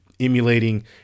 emulating